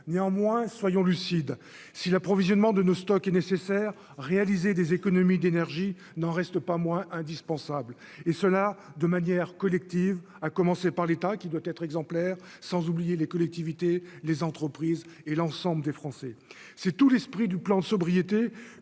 néanmoins, soyons lucides : si l'approvisionnement de nos stocks et nécessaire : réaliser des économies d'énergie n'en reste pas moins indispensable et cela de manière collective, à commencer par l'État qui doit être exemplaire, sans oublier les collectivités, les entreprises et l'ensemble des Français, c'est tout l'esprit du plan de sobriété